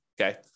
Okay